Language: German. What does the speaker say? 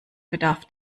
bedarf